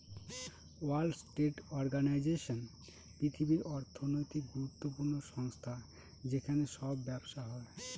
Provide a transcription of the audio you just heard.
world trade organisation পৃথিবীর অর্থনৈতিক গুরুত্বপূর্ণ সংস্থা যেখানে সব ব্যবসা হয়